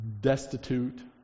destitute